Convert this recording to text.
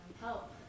help